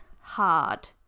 hard